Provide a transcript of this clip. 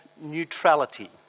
neutrality